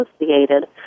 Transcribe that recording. associated